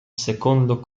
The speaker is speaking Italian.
secondo